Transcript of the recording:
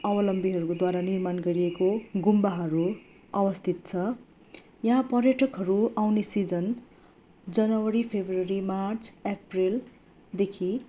अवलम्बीहरू द्वारा निर्माण गरिएको गुम्बाहरू अवस्थित छ यहाँ पर्यटकहरू आउने सिजन जनवरी फेब्रुअरी मार्च अप्रिलदेखि